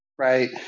right